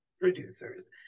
Producers